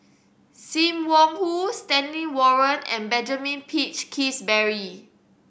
Sim Wong Hoo Stanley Warren and Benjamin Peach Keasberry